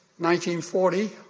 1940